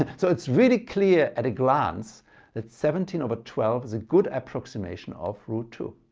ah so it's really clear at a glance that seventeen over twelve is a good approximation of root two.